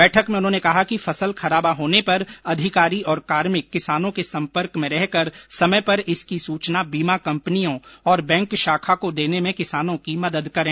बैठक में उन्होंने कहा कि फसल खराबा होने पर अधिकारी और कार्मिक किसानों के सम्पर्क में रहकर समय पर इसकी सूचना बीमा कंपनियों और बैंक शाखा को देने में किसानों की मदद करें